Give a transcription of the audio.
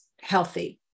healthy